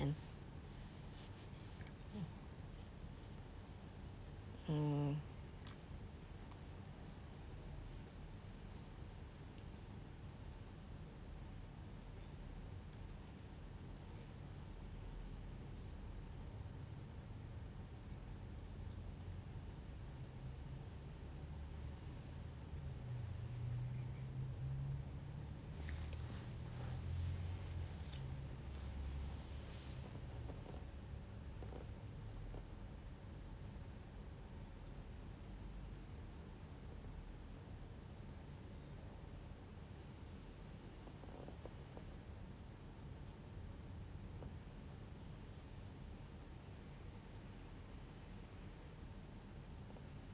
hmm